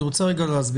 אני רוצה להסביר.